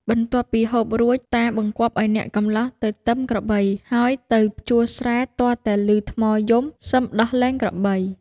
បន្ទាប់ពីហូបរួច តាបង្គាប់ឱ្យអ្នកកម្លោះទៅទឹមក្របី ហើយទៅភ្ជួរស្រែទាល់តែឮថ្មយំ សឹមដោះលែងក្របី។